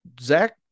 zach